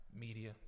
media